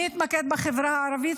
אני אתמקד בחברה הערבית,